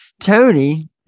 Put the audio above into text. Tony